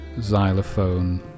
xylophone